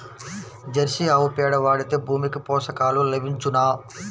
Jersey ఆవు పేడ వాడితే భూమికి పోషకాలు లభించునా?